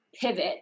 pivot